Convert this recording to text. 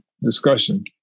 discussion